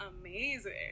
amazing